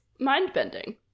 Mind-bending